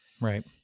Right